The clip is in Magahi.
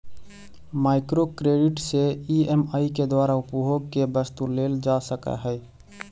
माइक्रो क्रेडिट से ई.एम.आई के द्वारा उपभोग के वस्तु लेल जा सकऽ हई